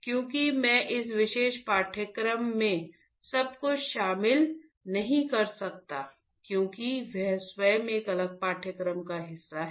क्योंकि मैं इस विशेष पाठ्यक्रम में सब कुछ शामिल नहीं कर सकता क्योंकि वह स्वयं एक अलग पाठ्यक्रम का हिस्सा है